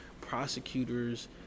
prosecutors